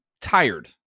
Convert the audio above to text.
tired